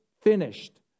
finished